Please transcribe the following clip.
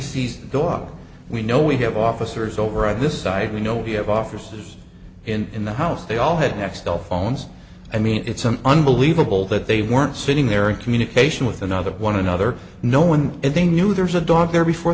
sees the dog we know we have officers over on this side we know we have officers in the house they all had nextel phones i mean it's an unbelievable that they weren't sitting there in communication with another one another no one and they knew there was a dog there before